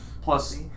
Plus